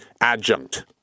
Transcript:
adjunct